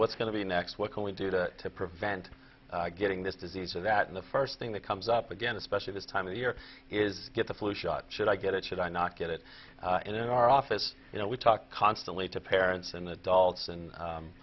what's going to be next what can we do to prevent getting this disease or that in the first thing that comes up again especially this time of year is get the flu shot should i get it should i not get it in our office you know we talk constantly to parents and adults and